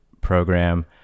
program